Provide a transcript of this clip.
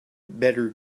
better